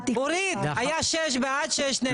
אורית, היה שש בעד ושש נגד.